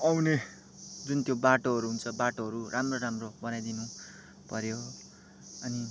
आउने जुन त्यो बाटोहरू हुन्छ बाटोहरू राम्रो राम्रो बनाइदिनु पऱ्यो अनि